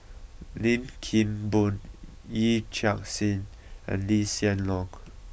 Lim Kim Boon Yee Chia Hsing and Lee Hsien Loong